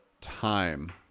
time